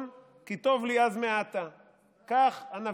אני מסיים.